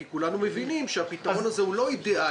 כי כולנו מבינים שהפתרון הזה לא אידאלי,